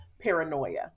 paranoia